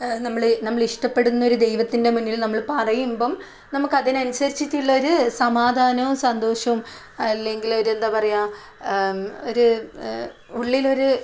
നമ്മൾ നമ്മൾ ഇഷ്ടപ്പെടുന്ന ഒരു ദൈവത്തിൻ്റെ മുന്നിൽ നമ്മൾ പറയുമ്പോൾ നമുക്കതിനനുസരിച്ചിട്ടുള്ള ഒരു സമാധാനവും സന്തോഷവും അല്ലെങ്കിൽ ഒരു എന്താ പറയാ ഒരു ഉള്ളിലൊരു